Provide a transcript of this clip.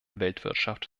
weltwirtschaft